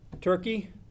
Turkey